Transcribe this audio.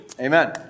amen